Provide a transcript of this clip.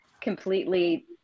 completely